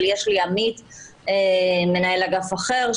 אבל יש לי עמית מנהל אגף אחר,